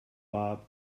bob